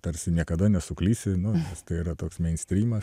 tarsi niekada nesuklysi nu nes tai yra toks mein strymas